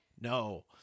No